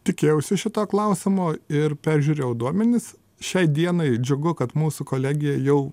tikėjausi šito klausimo ir peržiūrėjau duomenis šiai dienai džiugu kad mūsų kolegija jau